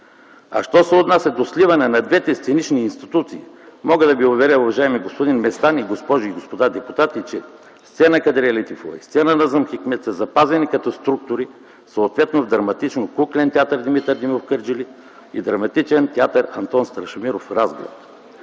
Що се отнася до сливането на двете сценични институции, мога да Ви уверя, уважаеми господин Местан и госпожи и господа депутати, че сцена „Кадрие Лятифова” и сцена „Назъм Хикмет” са запазени като структури съответно в Драматично-кукления театър „Димитър Димов” – Кърджали, и в Драматичния театър „Антон Страшимиров” – Разград,